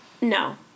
No